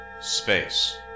Space